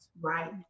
Right